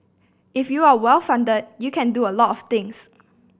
if you are well funded you can do a lot of things